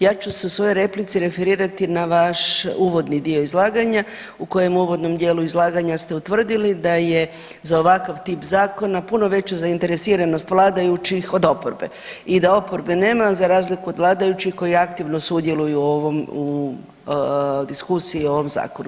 Ja ću se u svojoj replici referirati na vaš uvodni dio izlaganja u kojem uvodnom dijelu izlaganja ste utvrdili da je za ovakav tip zakona puno veća zainteresiranost vladajućih od oporbe i da oporbe nema, za razliku od vladajućih koji aktivno sudjeluju u ovom, u diskusiji o ovom Zakonu.